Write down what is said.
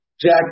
Jack